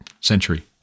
century